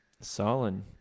Solid